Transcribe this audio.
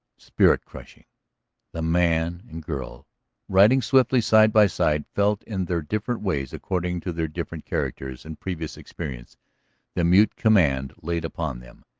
spirit-crushing. the man and girl riding swiftly side by side felt in their different ways according to their different characters and previous experience the mute command laid upon them,